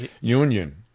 Union